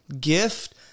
gift